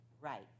Right